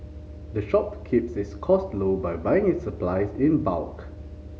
the shop keeps its costs low by buying its supplies in bulk